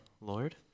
Lord